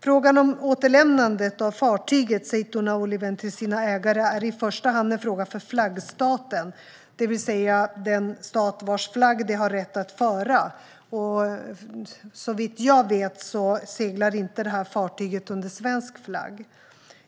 Frågan om återlämnande av fartyget Zaytouna-Oliven till dess ägare är i första hand en fråga för flaggstaten, det vill säga den stat vars flagg det har rätt att föra. Såvitt jag vet seglar detta fartyg inte under svensk flagg.